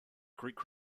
greek